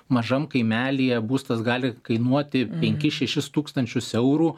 mažam kaimelyje būstas gali kainuoti penkis šešis tūkstančius eurų